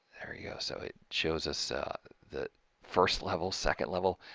there you go, so it shows us the first level, second level,